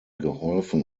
geholfen